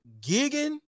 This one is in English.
gigging